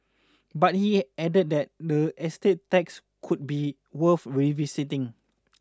but he added that the estate tax could be worth revisiting